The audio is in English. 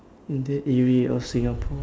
in the area of singapore